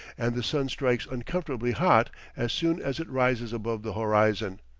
and the sun strikes uncomfortably hot as soon as it rises above the horizon.